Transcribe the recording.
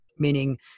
Meaning